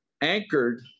anchored